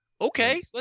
Okay